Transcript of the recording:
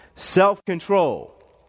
Self-control